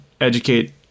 educate